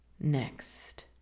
Next